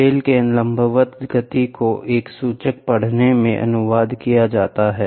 bell के लंबवत गति को एक सूचक पढ़ने में अनुवाद किया जा सकता है